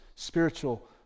spiritual